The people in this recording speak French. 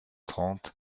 trente